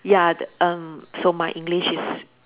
ya that um so my English is